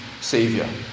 Savior